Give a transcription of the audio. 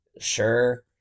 Sure